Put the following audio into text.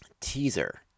teaser